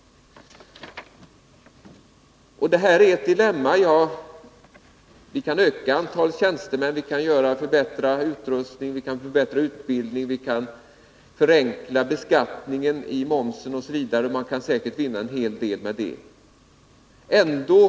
Och detta är ett dilemma. Vi kan öka antalet tjänstemän, förbättra utrustningen, förbättra utbildningen, förenkla mervärdeskatten osv. Vi kan säkert vinna en hel del genom sådana förfaranden.